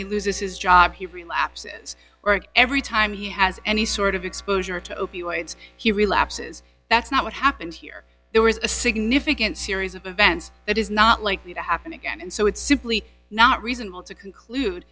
he loses his job he relapses or every time he has any sort of exposure to opioids he relapses that's not what happened here there was a significant series of events that is not likely to happen again and so it's simply not reasonable to conclude